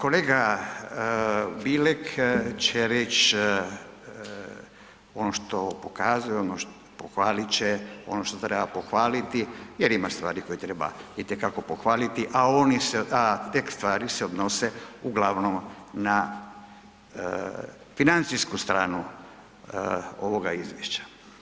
Kolega Bilek će reć ono što pokazuje, pohvalit će ono što treba pohvaliti jer ima stvari koje treba itekako pohvaliti, a te stvari se odnose uglavnom na financijsku stranu ovoga izvješća.